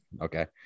okay